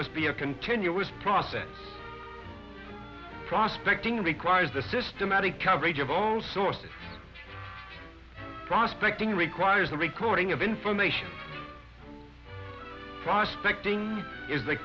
must be a continuous process prospecting requires a systematic coverage of all sources prospecting requires a recording of information suspect think is the